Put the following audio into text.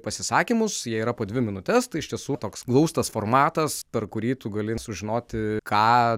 pasisakymus jie yra po dvi minutes tai iš tiesų toks glaustas formatas per kurį tu gali sužinoti ką